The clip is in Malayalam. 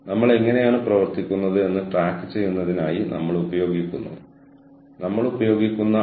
ഞാൻ വീണ്ടും സുസ്ഥിരതയിൽ ഊന്നിപ്പറയുന്നു അതായത് ഇൻപുട്ടിലൂടെ ഔട്ട്പുട്ട് സന്തുലിതമാണ്